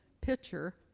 pitcher